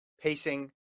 pacing